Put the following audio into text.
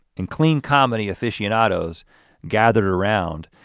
and clean comedy aficionados gathered around.